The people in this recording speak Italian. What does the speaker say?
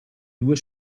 due